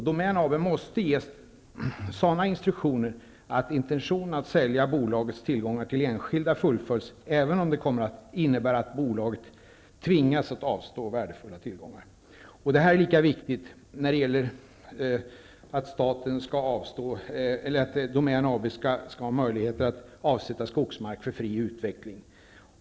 Domän AB måste ges sådana instruktioner att intentionerna att sälja ut bolagets tillgångar till enskilda skogs och jordbruksägare fullföljs, även om det kommer att innebära att bolaget tvingas att avstå värdefulla tillgångar. Detta är lika viktigt när det gäller att Domän AB skall ha möjlighet att avsätta skogsmark för fri utveckling.